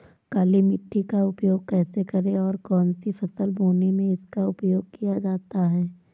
काली मिट्टी का उपयोग कैसे करें और कौन सी फसल बोने में इसका उपयोग किया जाता है?